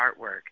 artwork